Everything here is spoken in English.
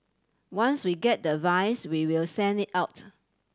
once we get the advice we will send it out